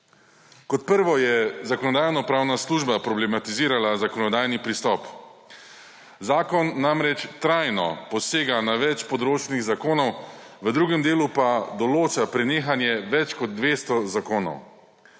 Kot prvo je Zakonodajno-pravna služba problematizirala zakonodajni pristop. Zakon namreč trajno posega ne več področnih zakonov, v drugem delu pa določa prenehanje več kot 200 zakonov.